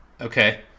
okay